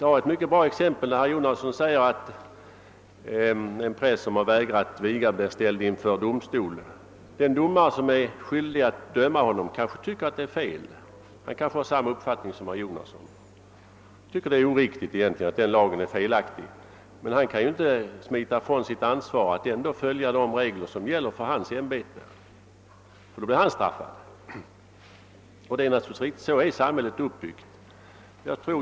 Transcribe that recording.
Det var ett mycket bra exempel när herr Jonasson säger att en präst som vägrar att viga blir ställd inför domstol. Den domare som är skyldig att döma honom kanske har samma uppfattning som" herr Jonasson och tycker att detta är oriktigt och att lagen är felaktig. Men domaren kan inte smita ifrån sitt ansvar att följa de regler som gäller för hans ämbete, eftersom han då blir straffad. Detta är naturligtvis riktigt, så som samhället är uppbyggt.